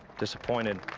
disappointed